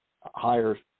higher